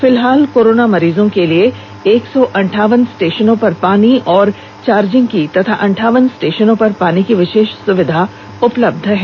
फिलहाल कोरोना मरीजों के लिए एक सौ अंठावन स्टेशनों पर पानी और चार्जिंग की तथा अंठावन स्टेशनों पर पानी की विशेष सुविधा उपलब्ध है